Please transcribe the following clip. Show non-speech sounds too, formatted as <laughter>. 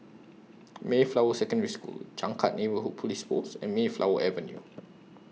<noise> Mayflower Secondary School Changkat Neighbourhood Police Post and Mayflower Avenue